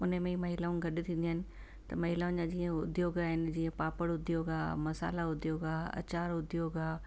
उन में ई महिलाऊं गॾु थींदियूं आहिनि त महिलाउनि जा जीअं उद्योग आहिनि जीअं पापड़ उद्योग आहे मसाल्हा उद्योग आहे अचार उद्योग आहे